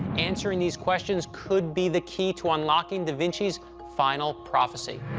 answering these questions could be the key to unlocking da vinci's final prophecy.